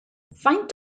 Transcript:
faint